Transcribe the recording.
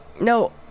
No